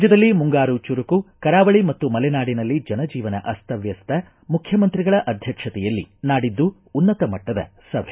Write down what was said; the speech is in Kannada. ರಾಜ್ಯದಲ್ಲಿ ಮುಂಗಾರು ಚುರುಕು ಕರಾವಳಿ ಮತ್ತು ಮಲೆನಾಡಿನಲ್ಲಿ ಜನ ಜೀವನ ಅಸ್ತವ್ಯಸ್ತ ಮುಖ್ಯಮಂತ್ರಿಗಳ ಅಧ್ಯಕ್ಷತೆಯಲ್ಲಿ ನಾಡಿದ್ದು ಉನ್ನತ ಮಟ್ಟದ ಸಭೆ